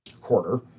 quarter